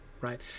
right